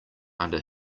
under